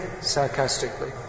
sarcastically